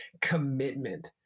commitment